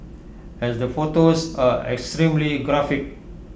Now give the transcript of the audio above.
as the photos are extremely graphic